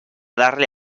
darle